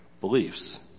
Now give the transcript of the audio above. beliefs